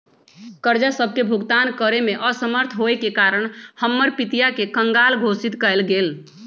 कर्जा सभके भुगतान करेमे असमर्थ होयेके कारण हमर पितिया के कँगाल घोषित कएल गेल